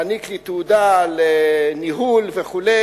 מעניק לי תעודה על ניהול וכו'.